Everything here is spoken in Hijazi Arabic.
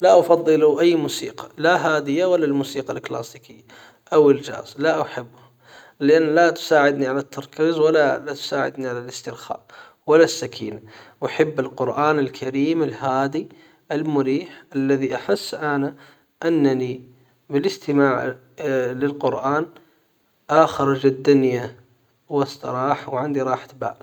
لا افضل اي موسيقى لا هادية ولا الموسيقى الكلاسيكية او الجاز لا احبها لان لا تساعدني على التركيز ولا لا تساعدني على الاسترخاء ولا السكينة احب القرآن الكريم الهادي المريح الذي احس انا انني بالاستماع للقرآن اخرج الدنيا والصلاح وعندي راحة بال.